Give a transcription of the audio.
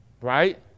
Right